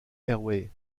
airways